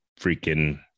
freaking